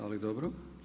Ali, dobro.